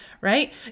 Right